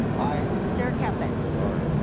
aye chair caput. aye,